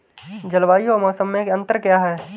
जलवायु और मौसम में अंतर क्या है?